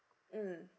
mm